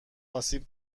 آسیب